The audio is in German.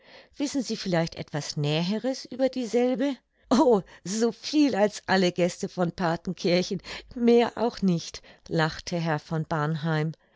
wissen sie vielleicht etwas näheres über dieselbe o so viel als alle gäste von parthenkirchen mehr auch nicht lachte herr von